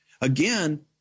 again